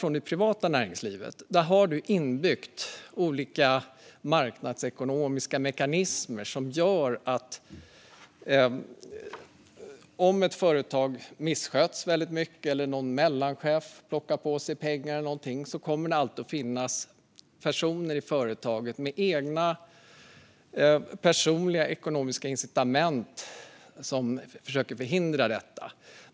I det privata näringslivet finns olika marknadsekonomiska mekanismer inbyggda som gör att om ett företag missköts eller om en mellanchef plockar på sig pengar kommer det alltid att finnas personer som har egna personliga ekonomiska incitament att förhindra detta.